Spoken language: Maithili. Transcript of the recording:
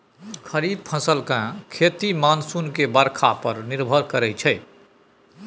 खरीफ फसल के खेती मानसून के बरसा पर निर्भर करइ छइ